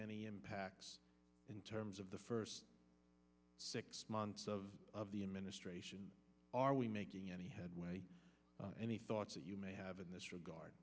any impact in terms of the first six months of of the administration are we making any headway any thoughts that you may have in this regard